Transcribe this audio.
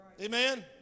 Amen